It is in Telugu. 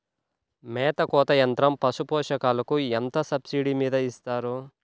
మేత కోత యంత్రం పశుపోషకాలకు ఎంత సబ్సిడీ మీద ఇస్తారు?